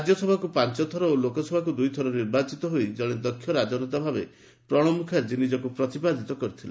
ରାଜ୍ୟସଭାକୁ ପାଞ୍ଚଥର ଏବଂ ଲୋକସଭାକୁ ଦୁଇ ଥର ନିର୍ବାଚିତ ହୋଇ ଜଣେ ଦକ୍ଷ ରାଜନେତା ଭାବେ ନିଜକୁ ପ୍ରତିପାଦିତ କରିଥିଲେ